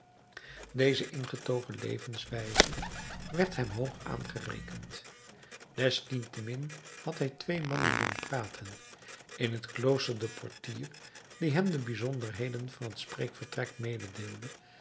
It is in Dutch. deze ingetogen leefwijze werd hem hoog aangerekend desniettemin had hij twee mannen doen praten in het klooster den portier die hem de bijzonderheden van het spreekvertrek